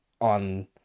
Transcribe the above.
on